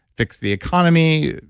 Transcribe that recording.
fix the economy,